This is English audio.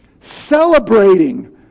celebrating